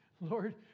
Lord